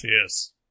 Yes